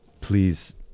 Please